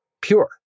pure